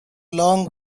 long